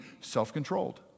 self-controlled